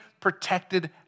protected